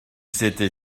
s’était